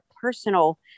personal